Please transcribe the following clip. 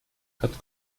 hat